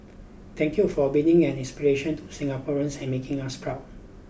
thank you for being an inspiration to Singaporeans and making us proud